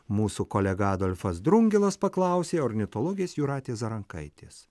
mūsų kolega adolfas drungilas paklausė ornitologės jūratės zarankaitės